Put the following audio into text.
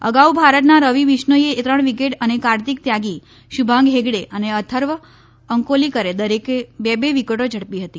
અગાઉ ભારતના રવિ બિશ્નોઈએ ત્રણ વિકેટ અને કાર્તિક ત્યાગી શુભાંગ હેગડે અને અથર્વ અંકોલીકરે દરેકે બે બે વિકેટો ઝડપી હતી